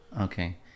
Okay